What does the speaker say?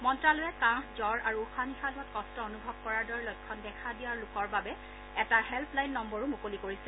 মন্ত্ৰালয়ে কাঁহ জৰ আৰু উশাহ নিশাহ লোৱাত কট অনুভৱ কৰাৰ দৰে লক্ষণ দেখা দিয়া লোকৰ বাবে এটা হেল্পলাইন নম্বৰো মুকলি কৰিছে